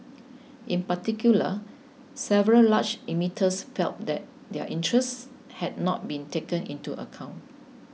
in particular several large emitters felt that their interests had not been taken into account